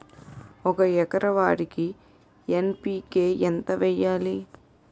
ఒక ఎకర వరికి ఎన్.పి.కే ఎంత వేయాలి?